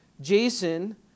Jason